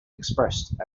expressed